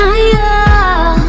Higher